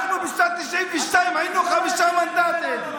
אנחנו בשנת 1992 היינו חמישה מנדטים,